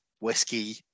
whiskey